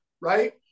right